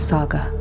Saga